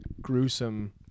gruesome